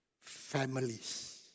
families